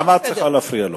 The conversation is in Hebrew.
למה את צריכה להפריע לו?